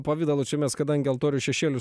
pavidalu čia mes kadangi altorių šešėlius